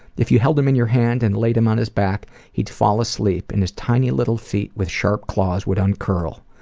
if you held him in your hand and laid him on his back, he'd fall asleep and his tiny little feet with sharp claws would uncurl.